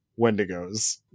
Wendigos